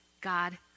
God